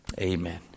Amen